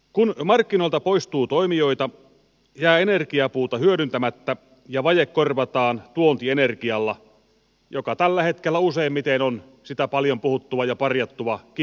kun markkinoilta poistuu toimijoita jää energiapuuta hyödyntämättä ja vaje korvataan tuontienergialla joka tällä hetkellä useimmiten on sitä paljon puhuttua ja parjattua kivihiiltä